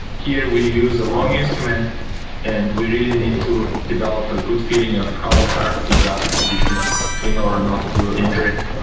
here we use a long instrument and we really need to develop a good feeling of how hard to grasp the tissue in order not to injure it.